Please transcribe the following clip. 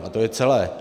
To je celé.